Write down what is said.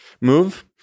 move